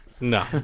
No